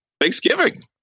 Thanksgiving